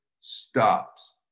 stops